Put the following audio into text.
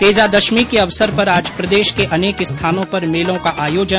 तेजा दशमी के अवसर पर आज प्रदेश के अनेक स्थानों पर मेलो का आयोजन